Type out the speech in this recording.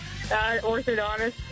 Orthodontist